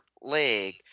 leg